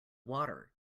water